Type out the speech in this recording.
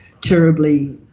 terribly